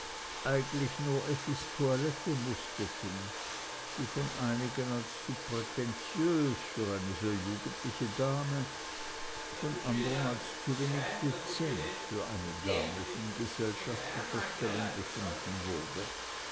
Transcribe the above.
eigentlich nur effis toilette musterten die von einigen als zu prätentiös für eine so jugendliche dame von andern als zuwenig dezent für eine dame von gesellschaftlicher stellung befunden wurde